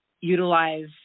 utilize